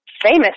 famous